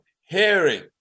hearing